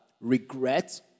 regret